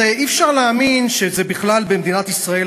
אי-אפשר להאמין שהמקום הזה בכלל במדינת ישראל.